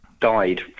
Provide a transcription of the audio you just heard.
Died